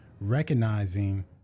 recognizing